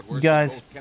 guys